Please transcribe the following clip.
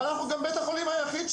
אבל אנחנו גם בית החולים היחיד,